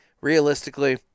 realistically